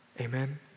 Amen